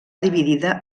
dividida